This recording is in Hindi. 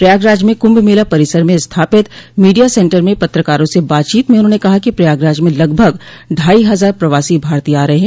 प्रयागराज में कुंभ मेला परिसर में स्थापित मीडिया सेन्टर में पत्रकारों से बातचीत में उन्होंने कहा कि प्रयागराज में लगभग ढाई हजार प्रवासी भारतीय आ रहे हैं